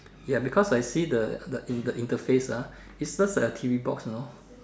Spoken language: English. ya because I see the the in the interface ah it serves like a T_V box you know